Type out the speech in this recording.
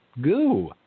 goo